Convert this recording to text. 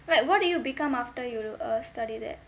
but what do you become after you err study that